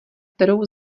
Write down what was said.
kterou